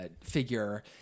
figure